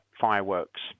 fireworks